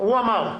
הוא אמר.